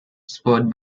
sport